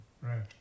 right